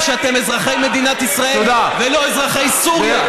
שאתם אזרחי מדינת ישראל ולא אזרחי סוריה,